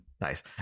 nice